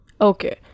Okay